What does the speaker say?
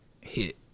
hit